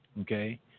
okay